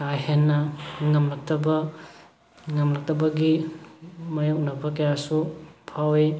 ꯀꯥ ꯍꯦꯟꯅ ꯉꯝꯂꯛꯇꯕ ꯉꯝꯂꯛꯇꯕꯒꯤ ꯃꯌꯣꯛꯅꯕ ꯀꯌꯥꯁꯨ ꯐꯥꯎꯋꯤ